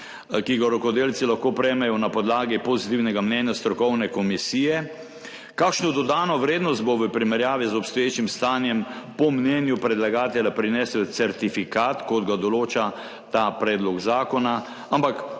ki ga rokodelci lahko prejmejo na podlagi pozitivnega mnenja strokovne komisije. Kakšno dodano vrednost bo v primerjavi z obstoječim stanjem po mnenju predlagatelja prinesel certifikat, kot ga določa ta predlog zakona? Ampak